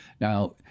Now